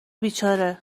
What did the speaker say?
بیچاره